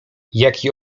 jaki